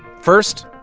first,